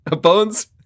Bones